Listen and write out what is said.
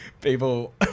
people